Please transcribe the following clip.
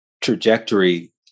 trajectory